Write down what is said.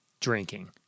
drinking